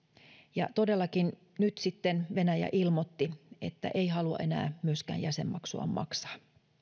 ja todellakin nyt sitten venäjä ilmoitti että ei halua enää myöskään jäsenmaksuaan maksaa